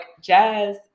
Jazz